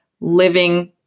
living